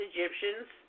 Egyptians